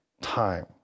time